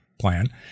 plan